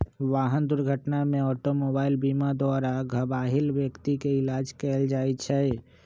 वाहन दुर्घटना में ऑटोमोबाइल बीमा द्वारा घबाहिल व्यक्ति के इलाज कएल जाइ छइ